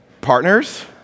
Partners